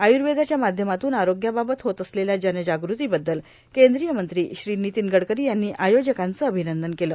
आयुवदाच्या माध्यातून आरोग्याबाबत होत असलेल्या जनजागृतीबद्दल कद्रीय मंत्री श्री ानतीन गडकरां यांनी आयोजकांचं र्राभनंदन केलं